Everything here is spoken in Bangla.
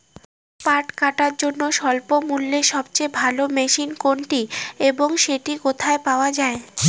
পাট কাটার জন্য স্বল্পমূল্যে সবচেয়ে ভালো মেশিন কোনটি এবং সেটি কোথায় পাওয়া য়ায়?